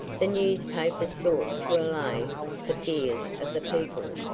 the newspapers sought to allay the fears of the people,